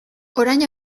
orain